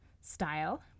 style